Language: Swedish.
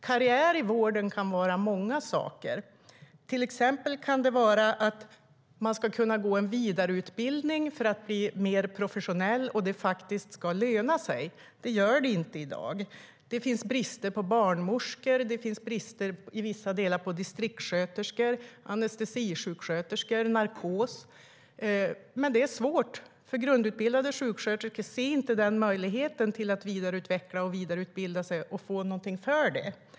Karriär i vården kan vara många saker, till exempel att kunna gå en vidareutbildning för att bli mer professionell. Det ska dessutom löna sig, vilket det inte gör i dag. Det råder brist på barnmorskor, och det råder brist på distriktssköterskor, anestesisköterskor och narkossköterskor. Men grundutbildade sjuksköterskor ser inte möjligheten att vidareutbilda sig och få något för det.